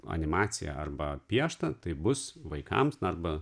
animacija arba piešta taip bus vaikams arba